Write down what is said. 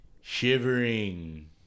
shivering